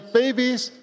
babies